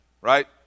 right